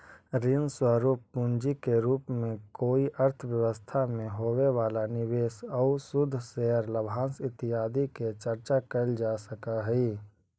ऋण स्वरूप पूंजी के रूप में कोई अर्थव्यवस्था में होवे वाला निवेश आउ शुद्ध शेयर लाभांश इत्यादि के चर्चा कैल जा सकऽ हई